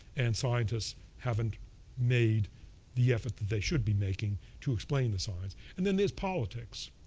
and scientists haven't made the effort that they should be making to explain the science. and then there's politics.